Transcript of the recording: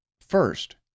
First